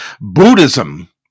Buddhism